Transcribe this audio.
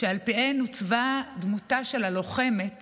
שעל פיהן עוצבה דמותה של לוחמת